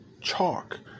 chalk